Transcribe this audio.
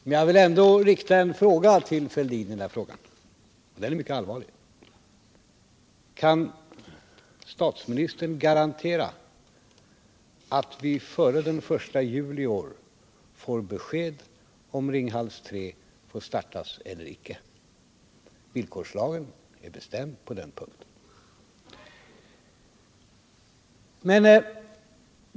Men jag vill ändå rikta en fråga till herr Fälldin, och den är mycket allvarlig: Kan statsministern garantera att vi före den 1 juli i år har besked om Ringhals 3 får startas eller icke? Villkorslagen är bestämd på den punkten.